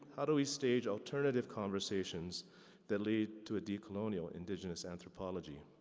how do we stage alternative conversations that lead to a decolonial indigenous anthropology?